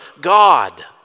God